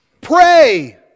Pray